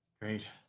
Great